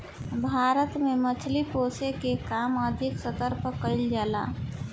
भारत में मछली पोसेके के काम आर्थिक स्तर पर कईल जा ला